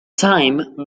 time